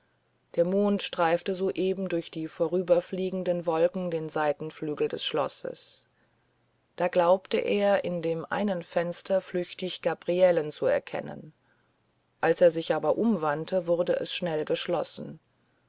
der mond streifte soeben durch die vorüberfliegenden wolken den seitenflügel des schlosses da glaubte er in dem einen fenster flüchtig gabrielen zu erkennen als er sich aber wandte wurde es schnell geschlossen